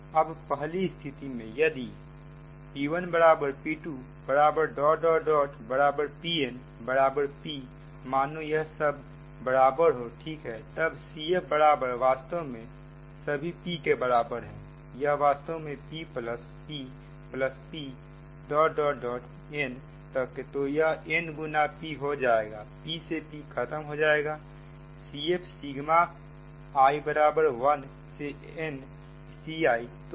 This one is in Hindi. अब पहली स्थिति में यदि p1 p2 pn p मानो सब बराबर हो ठीक है तब CF बराबर वास्तव में सभी P के बराबर हैं यह वास्तव में P plus P plus P n तक तो यह n गुना P हो जाएगा P से P खत्म हो जाएंगे CF सिगमा i1 से n Ci